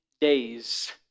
days